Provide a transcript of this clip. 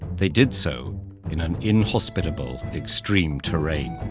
they did so in an inhospitable, extreme terrain,